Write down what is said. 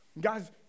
Guys